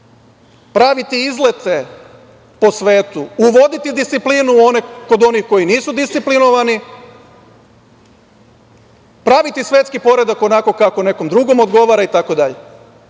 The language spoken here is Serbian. praviti izlete po svetu, uvoditi disciplinu kod onih koji nisu disciplinovani, praviti svetski poredak onako kako nekom drugom odgovara, itd.